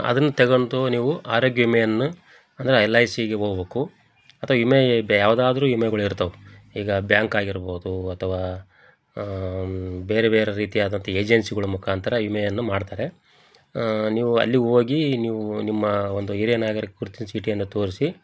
ಅದನ್ನು ತೆಗಂಡು ನೀವು ಆರೋಗ್ಯ ವಿಮೆಯನ್ನು ಅಂದ್ರೆ ಎಲ್ ಐ ಸಿಗೆ ಹೋಬಕು ಅಥವಾ ವಿಮೆ ಯಾವ್ದಾದ್ರೂ ವಿಮೆಗಳ್ ಇರ್ತವೆ ಈಗ ಬ್ಯಾಂಕ್ ಆಗಿರ್ಬೋದು ಅಥವಾ ಬೇರೆ ಬೇರೆ ರೀತಿಯಾದಂಥ ಏಜೆನ್ಸಿಗಳ ಮುಖಾಂತರ ವಿಮೆಯನ್ನ ಮಾಡ್ತಾರೆ ನೀವು ಅಲ್ಲಿಗೆ ಹೋಗಿ ನೀವು ನಿಮ್ಮ ಒಂದು ಹಿರಿಯ ನಾಗರಿಕ ಗುರ್ತಿನ ಚೀಟಿಯನ್ನು ತೋರಿಸಿ